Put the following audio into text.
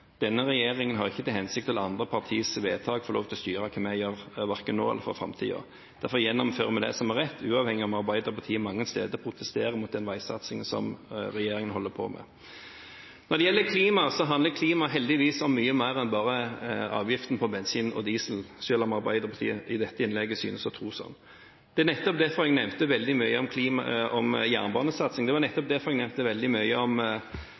Denne regjeringen har ikke til hensikt å la andre partis vedtak få lov til å styre hva vi gjør, verken nå eller i framtiden. Derfor gjennomfører vi det som er rett, uavhengig av om Arbeiderpartiet mange steder protesterer mot den veisatsingen som regjeringen holder på med. Når det gjelder klima, så handler det heldigvis om mye mer enn bare avgiften på bensin og diesel, selv om Arbeiderpartiet i dette innlegget synes å tro det. Det er nettopp derfor jeg nevnte veldig mye om jernbanesatsing og kollektivsatsing, for det handler om